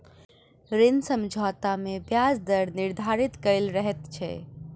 ऋण समझौता मे ब्याज दर निर्धारित कयल रहैत छै